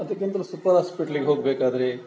ಅದಕ್ಕಿಂತಲೂ ಸೂಪರ್ ಆಸ್ಪಿಟ್ಲಿಗೆ ಹೋಗಬೇಕಾದ್ರೆ